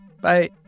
Bye